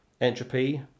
Entropy